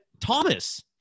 Thomas